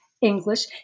English